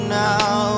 now